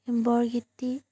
বৰগীতটি